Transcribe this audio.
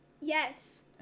Yes